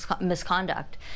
misconduct